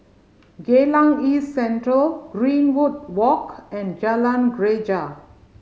Geylang East Central Greenwood Walk and Jalan Greja